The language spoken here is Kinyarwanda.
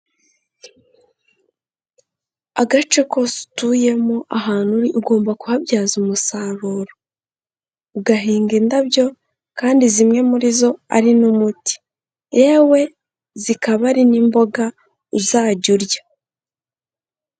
Agace kose utuyemo, ahantu uri ugomba kuhabyaza umusaruro, ugahinga indabyo kandi zimwe muri zo ari n'umuti, yewe zikaba ari n'imboga uzajya urya.